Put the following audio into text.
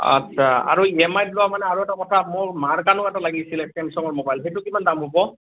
আচ্ছা আৰু E M আইত লোৱা মানে আৰু এটা কথা মোৰ মাৰ কাৰণেও এটা লাগিছিল চেমচেঙৰ ম'বাইল সেইটো কিমান দাম হ'ব